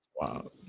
Wow